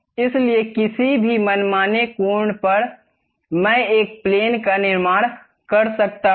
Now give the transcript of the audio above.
इसलिए किसी भी मनमाने कोण पर मैं एक प्लेन का निर्माण कर सकता हूं